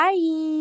Bye